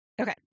Okay